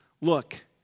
look